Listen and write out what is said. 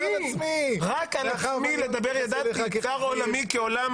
רק על עצמי לדבר ידעתי, צר עולמי כעולם חזיר.